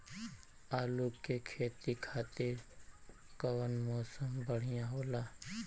आलू के खेती खातिर कउन मौसम बढ़ियां होला?